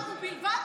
ובלבד